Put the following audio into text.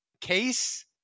Case